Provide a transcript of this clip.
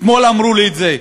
אתמול אמרו לי את זה,